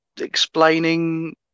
explaining